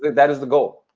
that is the goal.